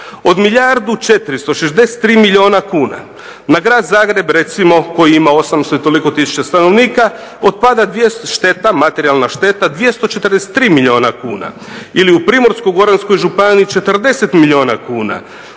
Od milijardu 463 milijuna kuna na grad Zagreb recimo koji ima 800 i toliko tisuća stanovnika otpada, šteta, materijalna šteta 243 milijuna kuna. Ili u Primorsko-goranskoj županiji 40 milijuna kuna,